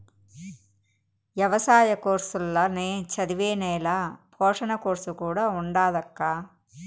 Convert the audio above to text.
ఎవసాయ కోర్సుల్ల నే చదివే నేల పోషణ కోర్సు కూడా ఉండాదక్కా